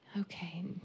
Okay